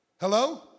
Hello